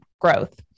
growth